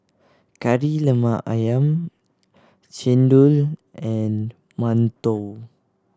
Kari Lemak Ayam chendol and mantou